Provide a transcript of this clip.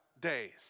days